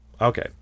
okay